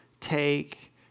take